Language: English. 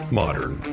modern